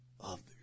others